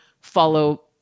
follow